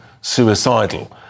suicidal